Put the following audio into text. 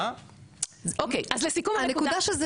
לא,